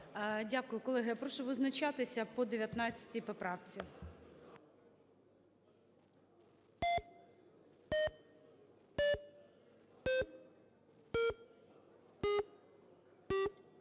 Дякую. Колеги, я прошу визначатися по 19 поправці.